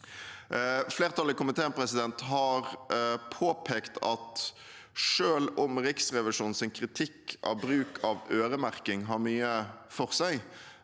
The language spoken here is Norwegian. Flertallet i komiteen har påpekt at selv om Riksrevisjonens kritikk av bruk av øremerking har mye for seg,